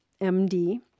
MD